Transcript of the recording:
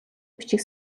бичиг